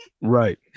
Right